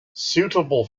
suitable